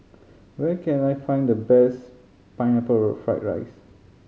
where can I find the best Pineapple Fried rice